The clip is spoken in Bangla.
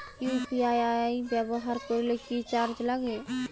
ইউ.পি.আই ব্যবহার করলে কি চার্জ লাগে?